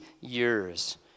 years